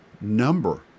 number